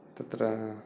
तत्र